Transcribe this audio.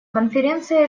конференция